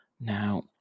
now